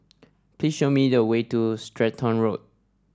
please show me the way to Stratton Road